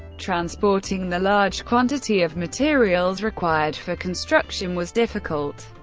transporting the large quantity of materials required for construction was difficult,